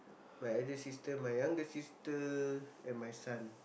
my elder sister my younger sister and my son